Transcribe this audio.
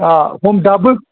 آ ہُم ڈَبہٕ